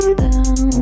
down